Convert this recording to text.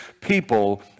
people